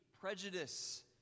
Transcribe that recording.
prejudice